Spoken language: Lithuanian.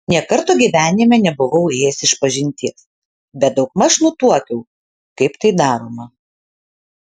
nė karto gyvenime nebuvau ėjęs išpažinties bet daugmaž nutuokiau kaip tai daroma